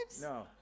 No